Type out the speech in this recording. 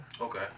Okay